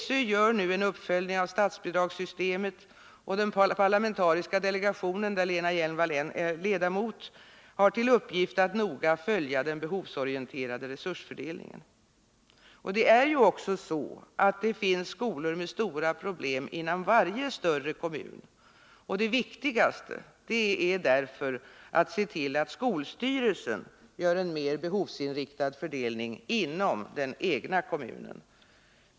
SÖ gör nu en uppföljning av statsbidragssystemet, och den parlamentariska delegationen — där Lena Hjelm-Wallén är ledamot — har till uppgift att noga följa den behovsorienterade resursfördelningen. Det finns ju skolor med stora problem inom varje större kommun, och det viktigaste är därför att se till, att skolstyrelsen gör en mer behovsinriktad fördelning inom den egna kommunen.